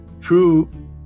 true